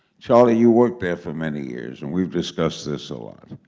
charley, you worked there for many years. and we've discussed this a lot.